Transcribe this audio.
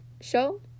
Show